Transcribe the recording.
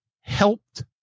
helped